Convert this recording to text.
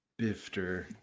bifter